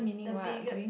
the bigge~